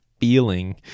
feeling